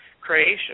creation